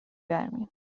برمیاد